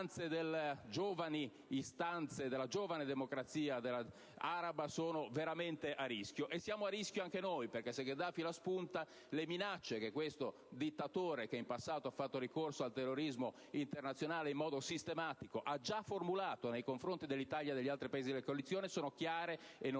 istanze e della giovane democrazia araba sono veramente a rischio. Siamo a rischio anche noi, perché, se Gheddafi la spunta, le minacce che questo dittatore (che in passato ha fatto ricorso al terrorismo internazionale in modo sistematico) ha già formulato nei confronti dell'Italia e degli altri Paesi della coalizione sono chiare e non equivoche.